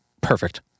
perfect